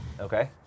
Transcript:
Okay